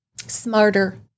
smarter